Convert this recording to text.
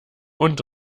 und